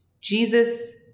Jesus